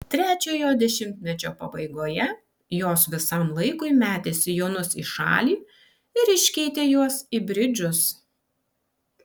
trečiojo dešimtmečio pabaigoje jos visam laikui metė sijonus į šalį ir iškeitė juos į bridžus